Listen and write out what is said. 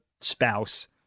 spouse